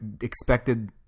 expected